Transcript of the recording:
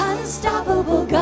Unstoppable